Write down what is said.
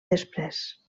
després